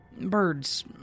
Birds